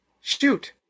Shoot